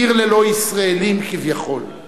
עיר ללא ישראלים כביכול.